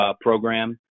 program